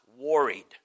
worried